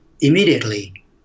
immediately